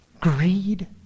greed